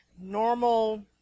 normal